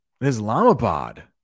Islamabad